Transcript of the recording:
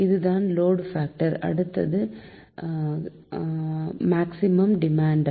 இதுதான் load factor அடுத்தது maximum demand